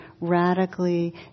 radically